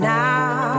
now